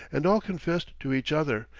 and all confessed to each other,